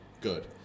good